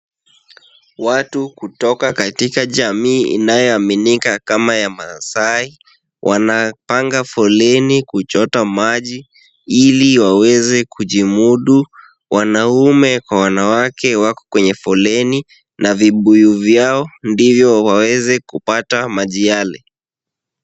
Watu kutoka katika jamii inayoaminika kama ya Maasai, wanapanga foleni kuchota maji ili waweze kujimudu. Wanaume kwa wanawake wako kwenye foleni na vibuyu vyao ndivyo waweze kupata maji yale.